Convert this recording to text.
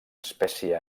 espècie